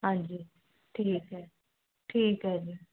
ਹਾਂਜੀ ਠੀਕ ਹੈ ਠੀਕ ਹੈ ਜੀ